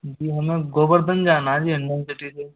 जी हाँ मैं गोवर्धन झा सिटी से